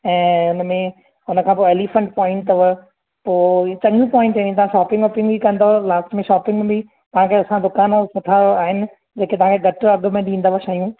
ऐं हुनमें हुनखां पोइ एलीफेंट पोइंट अथव पोइ चङियूं पोइंटियूं आहिनि तव्हां शॉपिंग वॉपिंग बि कंदव लास्ट में शॉपिंग बि तव्हां खे असां दुकान सुठा आहिनि जेके तव्हां खे घटि अघ में ॾींदव शयूं